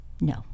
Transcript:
no